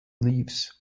leaves